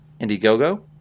Indiegogo